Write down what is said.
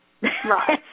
Right